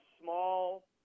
small